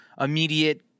immediate